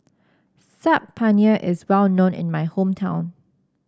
Saag Paneer is well known in my hometown